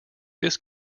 this